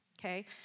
Okay